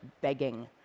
begging